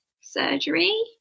surgery